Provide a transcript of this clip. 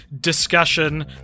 discussion